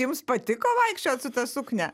jums patiko vaikščiot su ta suknia